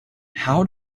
how